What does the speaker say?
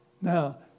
Now